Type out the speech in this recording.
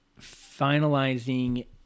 finalizing